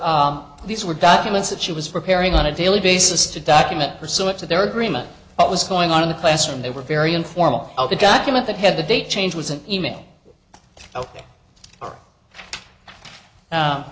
these were documents that she was preparing on a daily basis to document pursuant to their agreement what was going on in the classroom they were very informal the document that had the date change was an e mail o